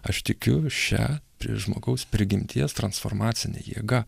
aš tikiu šia prieš žmogaus prigimties transformacinė jėga